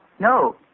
No